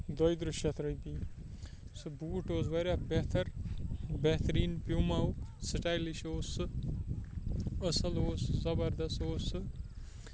دۄیِہ ترٕٛہ شیٚتھ رۄپیٚہِ سُہ بوٗٹ اوس واریاہ بہتر بہتریٖن پُماہُک سٔٹایِلِش اوس سُہ اَصٕل اوس زَبرداست اوس سُہ